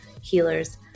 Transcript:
healers